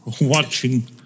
watching